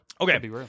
Okay